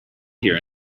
here